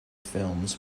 films